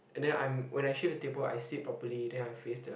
and then I'm when I shift the table I sit properly then I face the